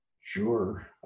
Sure